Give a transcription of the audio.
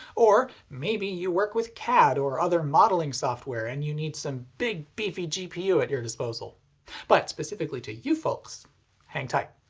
or maybe you work with cad or other modelling software and you need some big beefy gpu at your disposal but specifically to you folks hang tight.